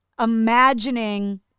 imagining